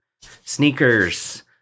Sneakers